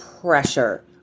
pressure